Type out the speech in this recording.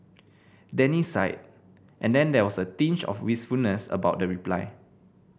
Danny sighed and then there was a tinge of wistfulness about the reply